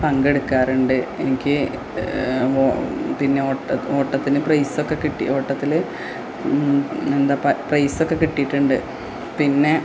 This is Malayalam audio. പങ്കെടുക്കാറുണ്ട് എനിക്ക് പിന്നെ ഓട്ടത്തിന് പ്രൈസൊക്കെ കിട്ടി ഓട്ടത്തില് പ്രൈസൊക്കെ കിട്ടിയിട്ടുണ്ട് പിന്നെ